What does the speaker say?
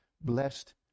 blessed